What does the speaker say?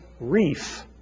Reef